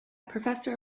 professor